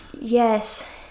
Yes